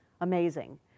amazing